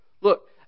Look